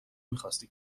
میخاستی